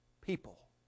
people